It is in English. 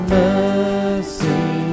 mercy